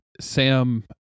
sam